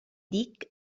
dick